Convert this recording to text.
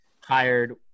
hired